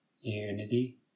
unity